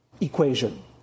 equation